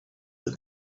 but